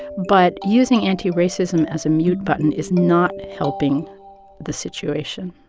but using anti-racism as a mute button is not helping the situation